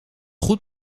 goed